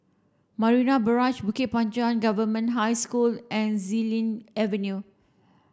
Marina Barrage Bukit Panjang Government High School and Xilin Avenue